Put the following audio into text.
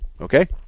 Okay